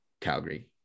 Calgary